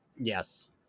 Yes